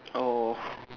oh